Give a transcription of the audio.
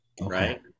right